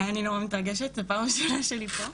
אני נורא מתרגשת, זו הפעם הראשונה שלי פה.